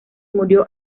murió